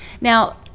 Now